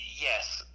Yes